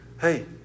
hey